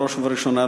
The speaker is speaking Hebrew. בראש ובראשונה,